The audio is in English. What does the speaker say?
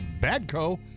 Badco